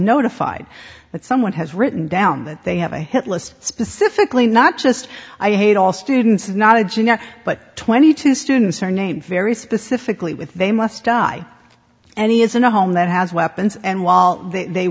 notified that someone has written down that they have a headless specifically not just i hate all students not a junior but twenty two students are named very specifically with they must die and he isn't a home that has weapons and while they